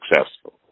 successful